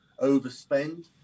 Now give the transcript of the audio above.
overspend